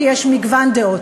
כי יש מגוון דעות,